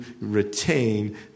retain